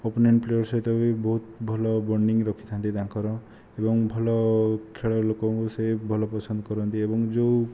opening player ସହିତ ବି ଭଲ ବଣ୍ଡିଙ୍ଗ ରଖିଥାନ୍ତି ତାଙ୍କର ଏବଂ ଭଲ ଖେଳ ଲୋକଙ୍କୁ ସେ ଭଲ ପସନ୍ଦ କରନ୍ତି ଏବଂ ଯେଉଁ